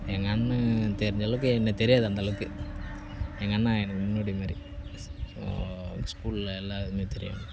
என் அண்ணணை தெரிஞ்ச அளவுக்கு என்னை தெரியாது அந்த அளவுக்கு எங்கள் அண்ணன் எனக்கு முன்னோடி மாதிரி இப்போது ஸ்கூலில் எல்லாருக்குமே தெரியும்